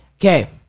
Okay